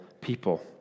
people